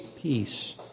peace